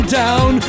down